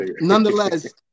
nonetheless